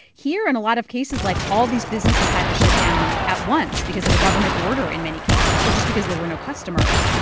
here in and a lot of cases, like, all these businesses had to shut down at once because of a government order, in many cases, or just because there were no customers.